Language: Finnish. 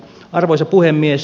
arvoisa puhemies